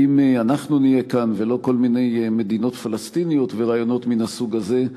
ואם אנחנו נהיה כאן ולא כל מיני מדינות פלסטיניות ורעיונות מן הסוג הזה,